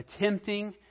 attempting